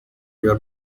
your